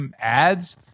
ads